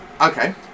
Okay